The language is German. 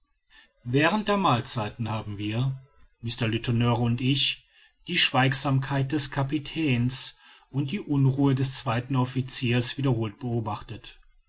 während der mahlzeiten haben wir mr letourneur und ich die schweigsamkeit des kapitäns und die unruhe des zweiten officiers wiederholt beobachtet